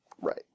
Right